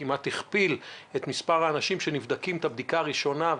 כמעט הכפיל את מספר האנשים שנבדקים בבדיקה הראשונה,